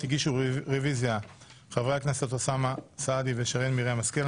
הגישו רוויזיה חברי הכנסת אוסאמה סעדי ושרן מרים השכל.